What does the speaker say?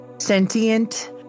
Sentient